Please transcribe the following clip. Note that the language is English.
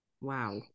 Wow